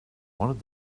wanted